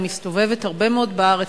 אני מסתובבת הרבה מאוד בארץ,